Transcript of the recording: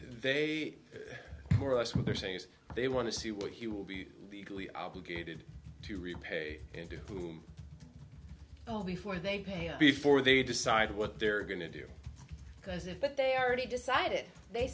they more or less what they're saying is they want to see what he will be legally obligated to repay and to whom all before they pay up before they decide what they're going to do because if but they already decided they